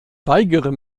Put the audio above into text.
weigere